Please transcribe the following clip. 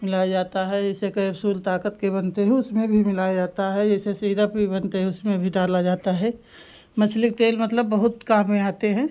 मिलाया जाता है जैसे कैप्सूल ताकत के बनते है उसमें भी मिलाया जाता है जैसे सीरप भी बनते है उसमें भी डाला जाता है मछली के तेल मतलब बहुत काम में आते हैं